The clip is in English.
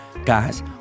Guys